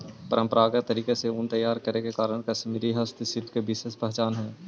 परम्परागत तरीका से ऊन तैयार करे के कारण कश्मीरी हस्तशिल्प के विशेष पहचान हइ